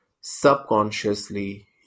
subconsciously